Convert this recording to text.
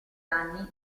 anni